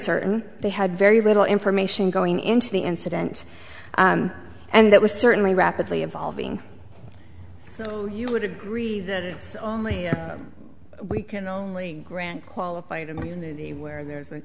uncertain they had very little information going into the incident and that was certainly rapidly evolving so you would agree that it's only we can only grant qualified immunity where